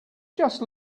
just